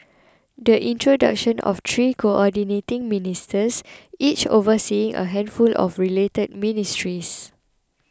the introduction of three Coordinating Ministers each overseeing a handful of related ministries